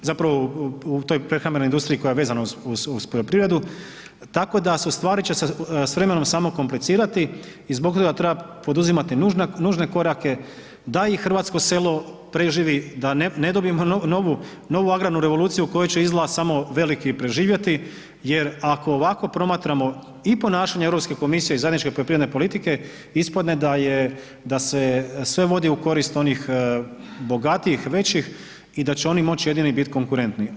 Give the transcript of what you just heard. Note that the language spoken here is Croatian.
Zapravo u toj prehrambenoj industriji koja je vezana uz poljoprivredu, tako da su stvari će se s vremenom samo komplicirati i zbog toga treba poduzimati nužne korake, da i hrvatsko selo preživi, da ne dobijemo novu agramnu revoluciju u kojoj će izgleda samo veliki preživjeti jer ako ovako promatramo i ponašanje EU komisije i zajedničke poljoprivredne politike, ispadne da je, da se sve vodi u korist onih bogatijih, većih i da će oni moći jedini biti konkurentni.